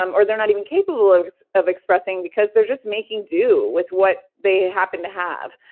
um or they're not even capable of of expressing, because they're just making do with what they happen to have.